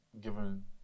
given